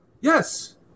Yes